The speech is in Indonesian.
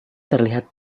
terlihat